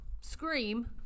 scream